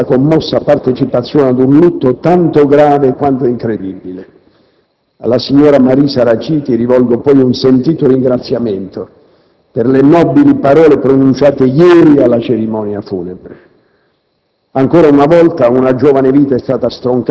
ai familiari va la nostra sincera vicinanza e la commossa partecipazione ad un lutto tanto grave quanto incredibile. Alla signora Marisa Raciti rivolgo poi un sentito ringraziamento per le nobili parole pronunciate ieri alla cerimonia funebre.